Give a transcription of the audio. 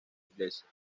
iglesia